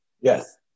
yes